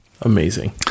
Amazing